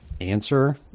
answer